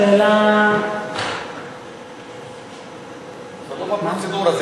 שאלה, זה לא בפרוצדורה.